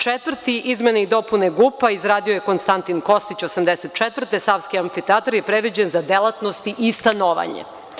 Četvrti, izmene i dopune GUP-a izradio je Konstantin Kostić 1984. godine, Savski amfiteatar je predviđen za delatnosti i stanovanje.